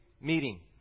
meeting